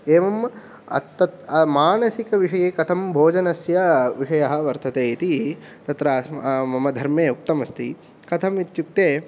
एवम् अत् तत् मानसिकविषये कथं भोजनस्य विषयः वर्तते इति तत्र अस् मम धर्मे उक्तमस्ति कथम् इत्युक्ते